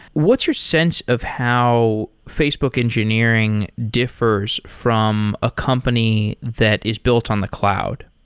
what's your sense of how facebook engineering differs from a company that is built on the cloud?